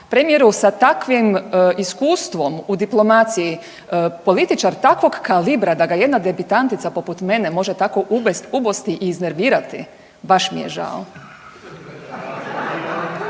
Premijeru, sa takvim iskustvom u diplomaciji političar takvog kalibra da ga jedna debitantica poput mene može tako ubosti i iznervirati? Baš mi je žao.